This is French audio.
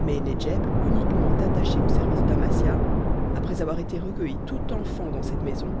mais nedjeb uniquement attachée au service d'amasia après avoir été recueillie tout enfant dans cette maison